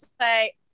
say